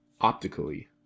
optically